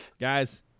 guys